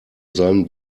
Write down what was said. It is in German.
sein